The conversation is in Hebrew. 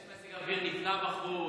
יש מזג אוויר נפלא בחוץ,